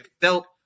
felt